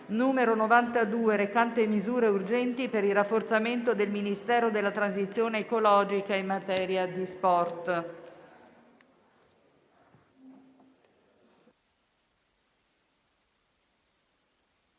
n. 92, recante misure urgenti per il rafforzamento del Ministero della transizione ecologica e in materia di sport»